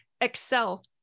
excel